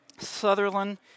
Sutherland